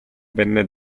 venne